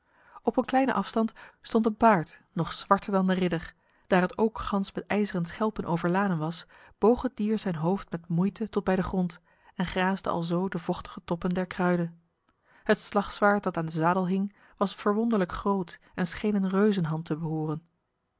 op een kleine afstand stond een paard nog zwarter dan de ridder daar het ook gans met ijzeren schelpen overladen was boog het dier zijn hoofd met moeite tot bij de grond en graasde alzo de vochtige toppen der kruiden het slagzwaard dat aan de zadel hing was verwonderlijk groot en scheen een reuzenhand te behoren